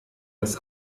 das